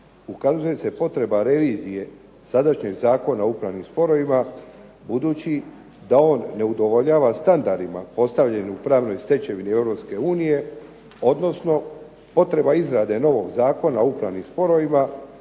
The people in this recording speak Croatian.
ukazuje se potreba revizije sadašnjeg Zakona o upravnim sporovima budući da on ne udovoljava standardima postavljenim u pravnoj stečevini Europske unije, odnosno potreba izrade novog Zakona o upravnim sporovima